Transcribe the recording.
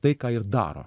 tai ką ir daro